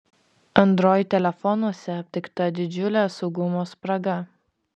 android telefonuose aptikta didžiulė saugumo spraga